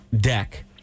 deck